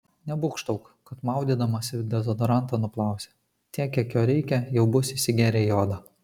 nebūgštauk kad maudydamasi dezodorantą nuplausi tiek kiek jo reikia jau bus įsigėrę į odą